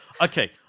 okay